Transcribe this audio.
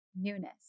newness